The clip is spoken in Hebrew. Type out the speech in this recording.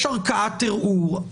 יש ערכאת ערעור,